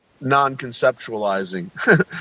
non-conceptualizing